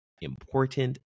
important